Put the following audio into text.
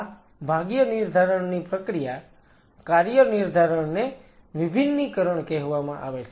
આ ભાગ્ય નિર્ધારણની પ્રક્રિયા કાર્ય નિર્ધારણને વિભિન્નીકરણ કહેવામાં આવે છે